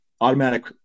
automatic